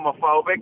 homophobic